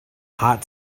hot